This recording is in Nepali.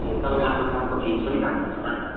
ए तपाईँको आफ्नो कामको फिस पनि काट्नु हुन्छ होला नि त